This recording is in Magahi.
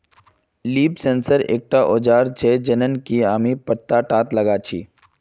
लीफ सेंसर एक औजार छेक जननकी हमरा पत्ततात लगा छी